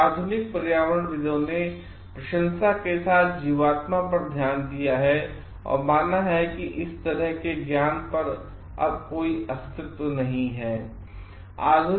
कुछ आधुनिक पर्यावरणविदों ने प्रशंसा के साथ जीवात्मा पर ध्यान दिया है और माना है कि इस तरह के ज्ञान का अब कोई अस्तित्व नहीं है